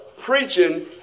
Preaching